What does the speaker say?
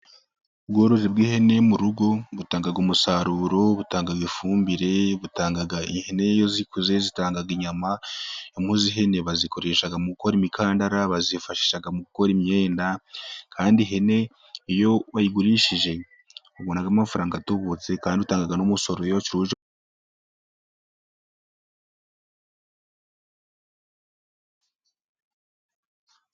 Ubworozi bw'ihene mu rugo butanga umusaruro. Butanga ifumbire. Ihene iyo zikuze zitanga inyama, impu z'ihene bazikoresha mu gukora imikandara, bazifashisha mu gukora imyenda, kandi ihene iyo bayigurishije babonamo amafaranga atubutse, kandi utanga n'umusoro iyo wacuruje...